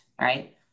Right